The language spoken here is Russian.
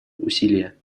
усилия